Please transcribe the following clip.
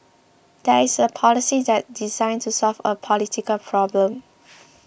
there is a policy that's designed to solve a political problem